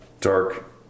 dark